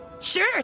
Sure